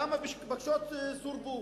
כמה בקשות סורבו,